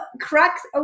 Crux